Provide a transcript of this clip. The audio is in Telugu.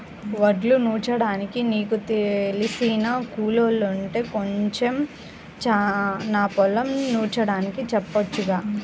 వడ్లు నూర్చడానికి నీకు తెలిసిన కూలోల్లుంటే కొంచెం నా పొలం నూర్చడానికి చెప్పొచ్చుగా